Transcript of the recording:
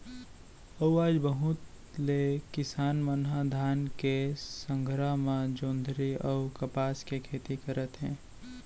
अउ आज बहुत ले किसान मन ह धान के संघरा म जोंधरी अउ कपसा के खेती करत हे